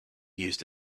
used